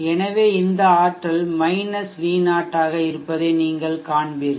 எனவே இந்த ஆற்றல் V0 ஆக இருப்பதை நீங்கள் காண்பீர்கள்